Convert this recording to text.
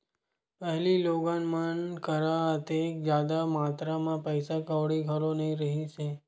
पहिली लोगन मन करा ओतेक जादा मातरा म पइसा कउड़ी घलो नइ रिहिस हे